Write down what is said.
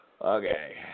Okay